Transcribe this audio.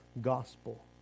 gospel